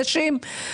נשים.